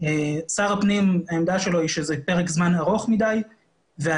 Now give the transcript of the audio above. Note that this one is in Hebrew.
עמדתו של שר הפנים היא שזה פרק זמן ארוך מדי והיום,